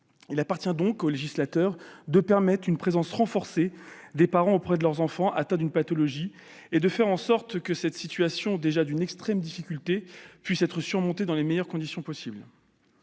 Il appartient donc au législateur de permettre une présence renforcée des parents auprès de leur enfant atteint d'une pathologie et de faire en sorte que cette situation, déjà d'une extrême difficulté, puisse être surmontée dans les meilleures conditions possible.